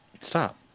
stop